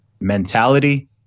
mentality